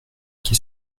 qui